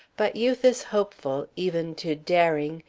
but youth is hopeful, even to daring,